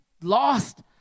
lost